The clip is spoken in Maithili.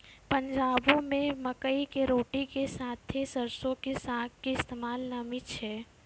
पंजाबो मे मकई के रोटी के साथे सरसो के साग के इस्तेमाल नामी छै